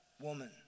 Woman